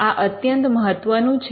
આ અત્યંત મહત્વનું છે